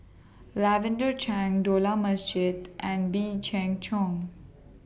Lavender Chang Dollah Majid and Wee Chang Chong